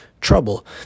trouble